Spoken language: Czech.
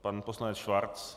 Pan poslanec Schwarz?